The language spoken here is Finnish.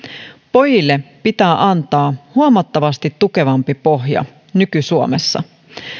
pojille pitää antaa huomattavasti tukevampi pohja nyky suomessa